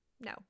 No